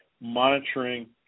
monitoring